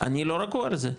אני לא רגוע על זה,